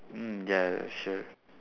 mm ya sure